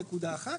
זה נקודה אחת.